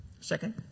Second